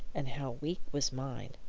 and how weak was mine!